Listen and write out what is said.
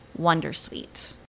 wondersuite